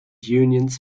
unions